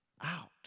out